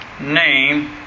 name